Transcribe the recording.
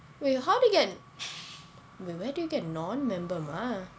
wait how do you get wait where do you get non member mah